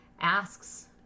asks